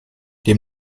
dem